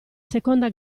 seconda